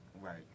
Right